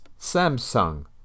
Samsung